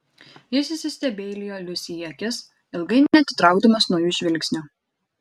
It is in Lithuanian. jis įsistebeilijo liusei į akis ilgai neatitraukdamas nuo jų žvilgsnio